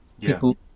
People